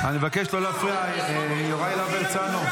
--- אני מבקש לא להפריע, יוראי להב הרצנו.